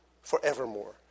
Forevermore